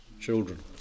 children